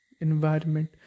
environment